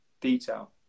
detail